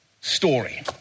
story